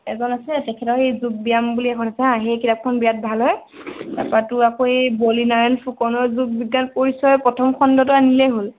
এজন আছে তেখেতৰ সেই যোগ ব্যায়াম বুলি এখন আছে হা সেই কিতাপখন বিৰাট ভাল হয় তাৰ পৰা তোৰ আকৌ এই বলি নাৰায়ণ ফুকনৰ যোগ বিজ্ঞান পৰিচয়ৰ প্ৰথম খণ্ডটো আনিলেই হ'ল